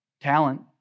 Talent